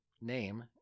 name